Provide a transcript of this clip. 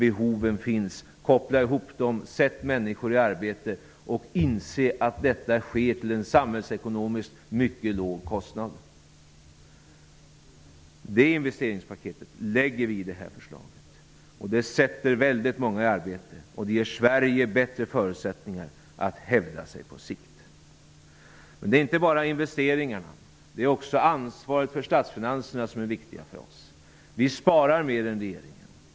Behoven finns. Koppla ihop dem. Sätt människor i arbete och inse att detta sker till en samhällsekonomiskt mycket låg kostnad. Detta investeringspaket lägger vi fram i det här förslaget. Det sätter många i arbete, och det ger Sverige bättre förutsättningar att på sikt hävda sig. Det är inte bara investeringarna som är viktiga för oss utan också ansvaret för statsfinanserna. Vi sparar mer än regeringen.